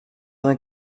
vingt